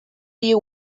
you